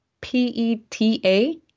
P-E-T-A